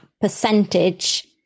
percentage